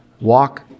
Walk